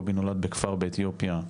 קובי נולד בכפר באתיופיה,